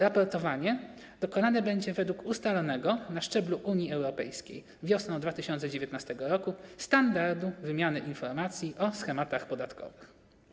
Raportowanie dokonane będzie według ustalonego na szczeblu Unii Europejskiej wiosną 2019 r. standardu wymiany informacji o schematach podatkowych.